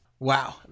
Wow